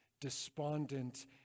despondent